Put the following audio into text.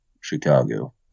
Chicago